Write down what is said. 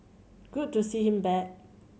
good to see him back